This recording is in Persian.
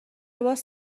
لباس